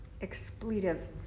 expletive